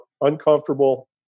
uncomfortable